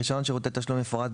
ברישיון שירותי תשלום יפורט,